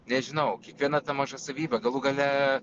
nežinau kiekviena ta maža savybė galų gale